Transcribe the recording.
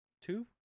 Two